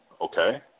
okay